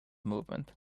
movement